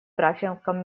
графиком